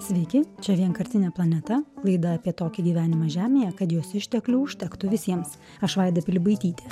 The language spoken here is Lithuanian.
sveiki čia vienkartinė planeta laida apie tokį gyvenimą žemėje kad jos išteklių užtektų visiems aš vaida pilibaitytė